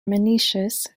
monoecious